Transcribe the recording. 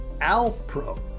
Alpro